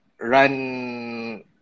run